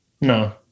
no